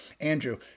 Andrew